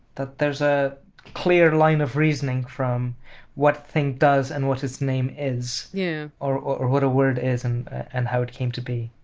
that there's a clear line of reasoning from what a thing does and what its name is. yeah or or what a word is and and how it came to be.